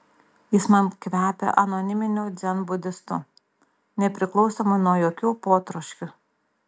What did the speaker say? jis man kvepia anoniminiu dzenbudistu nepriklausomu nuo jokių potroškių